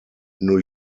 new